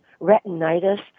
retinitis